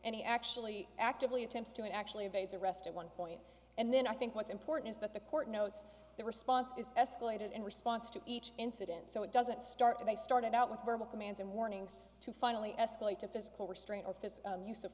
he actually actively attempts to actually have a to rest at one point and then i think what's important is that the court notes the response is escalated in response to each incident so it doesn't start they started out with verbal commands and warnings to finally escalate to physical restraint of this use of